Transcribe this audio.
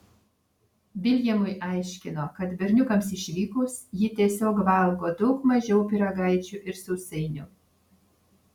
viljamui aiškino kad berniukams išvykus ji tiesiog valgo daug mažiau pyragaičių ir sausainių